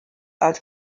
als